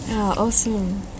Awesome